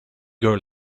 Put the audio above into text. girl